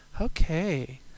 Okay